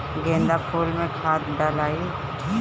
गेंदा फुल मे खाद डालाई?